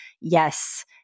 Yes